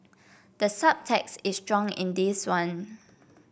the subtext is strong in this one